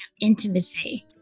intimacy